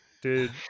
dude